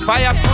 Fire